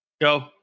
go